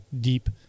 deep